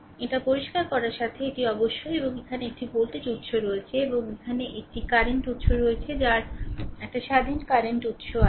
এটি পরিষ্কার করার সাথে এটি অবশ্যই এবং এখানে একটি ভোল্টেজ উত্স রয়েছে এবং এখানে 1 টি কারেন্ট উত্স রয়েছে যার একটি স্বাধীন কারেন্ট উৎস রয়েছে